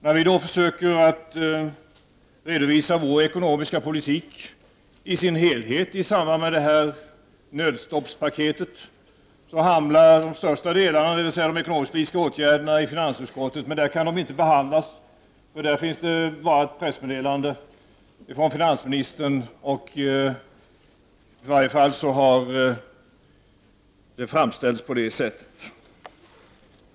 När vi försöker redovisa vår ekonomiska politik i dess helhet i samband med det här nödstoppspaketet hamnar de största delarna, dvs. de ekonomisk-politiska åtgärderna, i finansutskottet. Där kan de emellertid inte behandlas. Det finns bara ett pressmeddelande ifrån finansministern. Det har i alla fall framställts på det sättet.